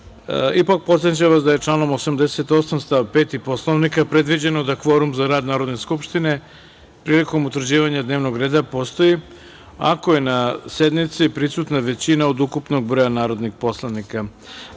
poslanika. Podsećam vas da je članom 88. stav 5. Poslovnika predviđeno da kvorum za rad Narodne skupštine prilikom utvrđivanja dnevnog reda postoji ako je na sednici prisutna većina od ukupnog broja narodnih poslanika. Radi